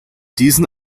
diesen